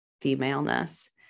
femaleness